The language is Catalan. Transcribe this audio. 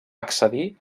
accedir